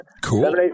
Cool